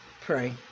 pray